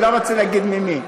אני לא רוצה להגיד ממי.